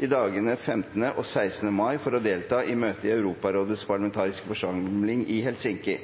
i dagene 15. og 16. mai for å delta i møte i Europarådets parlamentariske forsamling i Helsinki